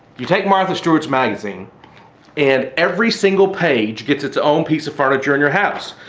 you take martha stewart's magazine and every single page gets its own piece of furniture in your house.